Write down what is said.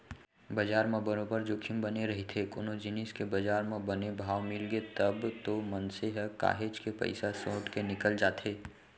बजार म बरोबर जोखिम बने रहिथे कोनो जिनिस के बजार म बने भाव मिलगे तब तो मनसे ह काहेच के पइसा सोट के निकल जाथे